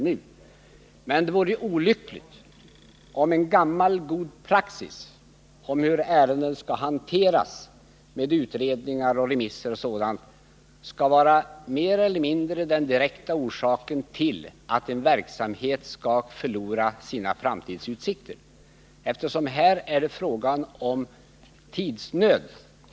Det vore emellertid olyckligt om gammal god praxis om hur ärenden skall hanteras med utredningar, remisser och sådant skulle vara mer eller mindre den direkta orsaken till att en verksamhet förlorar sina framtidsutsikter. Här är det fråga om tidsnöd.